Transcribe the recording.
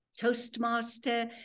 toastmaster